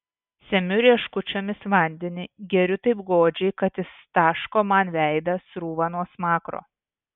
semiu rieškučiomis vandenį geriu taip godžiai kad jis taško man veidą srūva nuo smakro